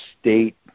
state